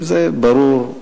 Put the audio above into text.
זה ברור.